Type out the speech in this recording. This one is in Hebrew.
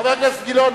חבר הכנסת גילאון,